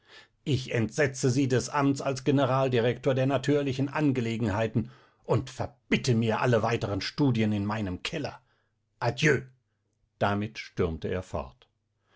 ich entsetze sie des amts als generaldirektor der natürlichen angelegenheiten und verbitte mir alles weitere studieren in meinem keller adieu damit stürmte er fort